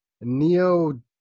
neo